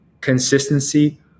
consistency